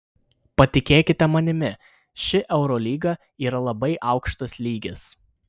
patikėkite manimi ši eurolyga yra labai aukštas lygis